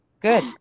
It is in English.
Good